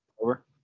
Over